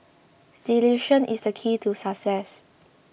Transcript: delusion is the key to success